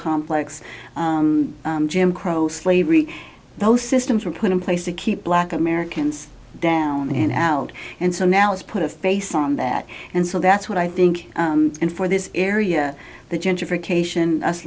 complex jim crow slavery those systems were put in place to keep black americans down and out and so now it's put a face on that and so that's what i think for this area the gentrification us